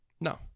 No